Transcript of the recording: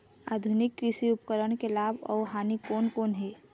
आधुनिक कृषि उपकरण के लाभ अऊ हानि कोन कोन हे?